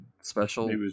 special